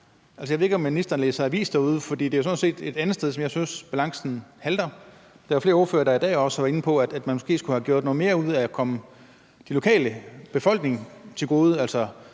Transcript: jeg ved ikke, om ministeren læser avis derude, for det er jo sådan set et andet sted, hvor jeg synes at balancen halter. Der er jo flere ordførere, der i dag også har været inde på, at man måske skulle have gjort noget mere ud af, at det kunne komme den lokale befolkning til gode,